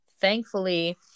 thankfully